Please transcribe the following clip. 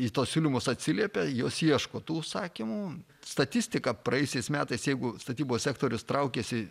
į tuos siūlymus atsiliepia jos ieško tų užsakymų statistika praėjusiais metais jeigu statybos sektorius traukėsi